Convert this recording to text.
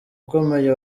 ukomeye